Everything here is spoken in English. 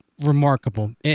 remarkable